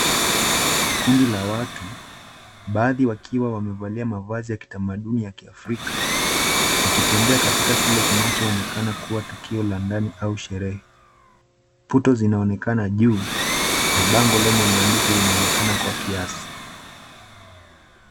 Kundi la watu, baadhi wakiwa wamevalia mavazi ya kitamaduni ya kiafrika wakitembea kile kinachoonekana kuwa tukio la ndani au sherehe. Puto zinaonekana juu na bango lenye maandishi linaonekana kwa kiasi.